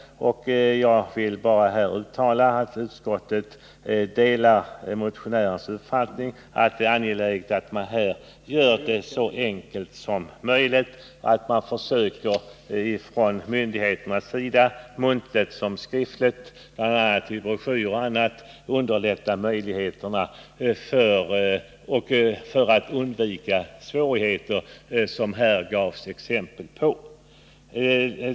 Jag vill dock uttala att utskottet delar motionärens uppfattning att det är angeläget att man gör det så enkelt som möjligt och att myndigheterna försöker — såväl muntligt som skriftligt, i broschyrer och på annat sätt — hjälpa de skattskyldiga att undvika sådana svårigheter som det här gavs exempel på.